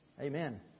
Amen